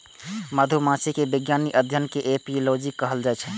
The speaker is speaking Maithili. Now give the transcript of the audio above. मधुमाछी के वैज्ञानिक अध्ययन कें एपिओलॉजी कहल जाइ छै